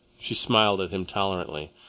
she smiled at him tolerantly.